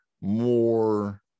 more